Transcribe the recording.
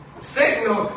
Satan